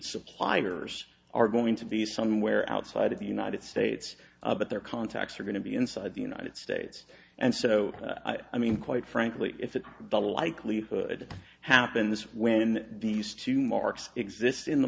suppliers are going to be somewhere outside of the united states but their contacts are going to be inside the united states and so i mean quite frankly it's the likelihood happens when these two marks exist in the